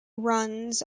runs